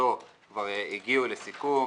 במסגרתו כבר הגיעו לסיכום,